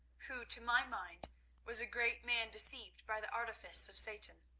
who to my mind was a great man deceived by the artifice of satan.